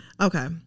Okay